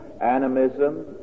Animism